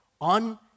on